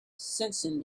sensing